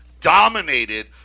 dominated